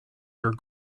your